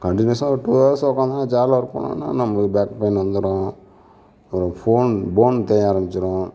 கன்டினியூஸ்ஸாக ஒரு two hours உட்காந்தா அந்த சேர்ல உட்காந்தம்னா நம்மளுக்கு பேக் பெயின் வந்துடும் ஒரு ஃபோன் போன் தேய ஆரமிச்சிடும்